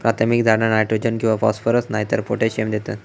प्राथमिक झाडा नायट्रोजन किंवा फॉस्फरस नायतर पोटॅशियम देतत